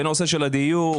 בנושא של הדיור,